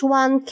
one